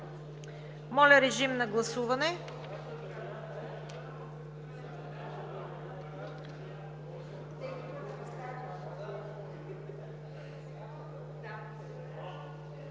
Моля, режим на гласуване.